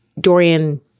Dorian